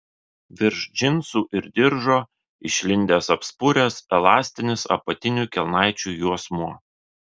virš džinsų ir diržo išlindęs apspuręs elastinis apatinių kelnaičių juosmuo